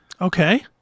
Okay